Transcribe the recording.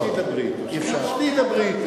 שבי דברי, שבי דברי אתי.